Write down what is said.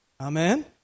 amen